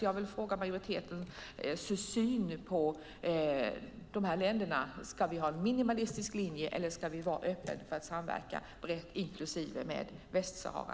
Jag vill fråga vilken syn majoriteten har på de här länderna. Ska vi ha en minimalistisk linje eller ska vi vara öppna för att samverka brett, inklusive med Västsahara?